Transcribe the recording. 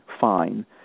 fine